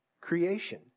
creation